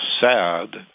sad